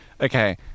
Okay